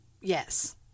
yes